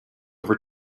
over